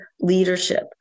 leadership